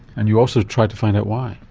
and you also tried to find out why.